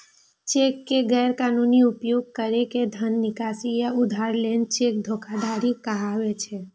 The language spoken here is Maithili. चेक के गैर कानूनी उपयोग कैर के धन निकासी या उधार लेना चेक धोखाधड़ी कहाबै छै